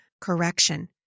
correction